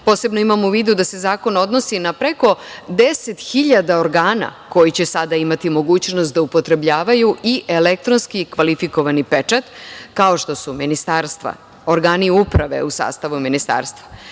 Posebno imamo u vidu da se Zakon odnosi na preko 10.000 organa koji će sada imati mogućnost da upotrebljavaju i elektronski kvalifikovani pečat, kao što su ministarstva, organi uprave u sastavu ministarstava,